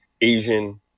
Asian